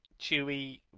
chewy